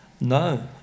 No